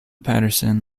paterson